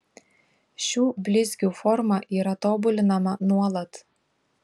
šių blizgių forma yra tobulinama nuolat